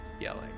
yelling